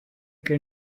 que